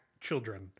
children